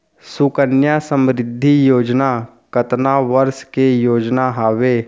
सुकन्या समृद्धि योजना कतना वर्ष के योजना हावे?